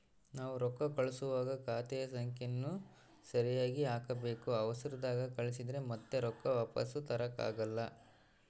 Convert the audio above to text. ನಾವು ರೊಕ್ಕ ಕಳುಸುವಾಗ ಖಾತೆಯ ಸಂಖ್ಯೆಯನ್ನ ಸರಿಗಿ ಹಾಕಬೇಕು, ಅವರ್ಸದಾಗ ಕಳಿಸಿದ್ರ ಮತ್ತೆ ರೊಕ್ಕ ವಾಪಸ್ಸು ತರಕಾಗಲ್ಲ